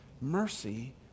Mercy